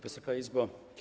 Wysoka Izbo!